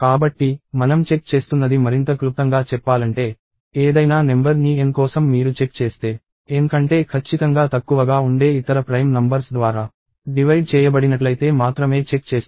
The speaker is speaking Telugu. కాబట్టి మనం చెక్ చేస్తున్నది మరింత క్లుప్తంగా చెప్పాలంటే ఏదైనా నెంబర్ ని N కోసం మీరు చెక్ చేస్తే N కంటే ఖచ్చితంగా తక్కువగా ఉండే ఇతర ప్రైమ్ నంబర్స్ ద్వారా డివైడ్ చేయబడినట్లైతే మాత్రమే చెక్ చేస్తారు